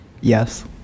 Yes